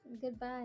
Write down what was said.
Goodbye